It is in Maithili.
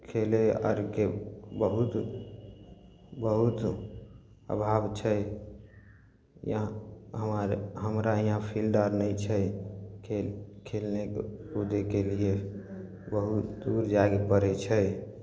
खेलय आरके बहुत बहुत अभाव छै यहाँ हमारे हमरा यहाँ फिल्ड आर नहि छै खेल खेलय कूदयके लिए बहुत दूर जायके पड़ै छै